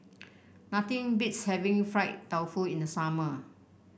nothing beats having Fried Tofu in the summer